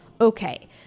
okay